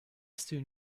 soon